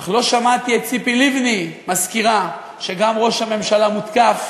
אך לא שמעתי את ציפי לבני מזכירה שגם ראש הממשלה מותקף